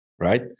right